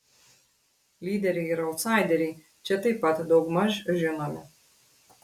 lyderiai ir autsaideriai čia taip pat daugmaž žinomi